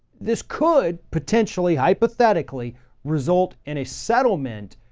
this could potentially hypothetically result in a settlement,